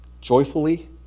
joyfully